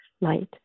light